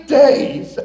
days